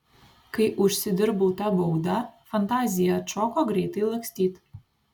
kai užsidirbau tą baudą fantazija atšoko greitai lakstyt